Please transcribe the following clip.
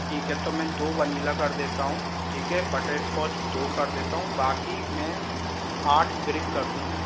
ठीक है तो मैं दो वनीला कर देता हूँ ठीक है बटरस्कॉच दो कर देता हूँ बाकी मैं आठ ब्रिक कर दूँ